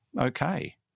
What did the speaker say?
okay